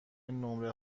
نمره